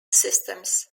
systems